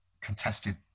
contested